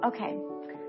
okay